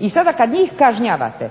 I sada kad njih kažnjavate